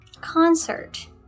concert